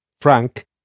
Frank